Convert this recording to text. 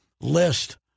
list